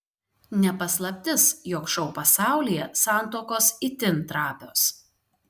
ne paslaptis jog šou pasaulyje santuokos itin trapios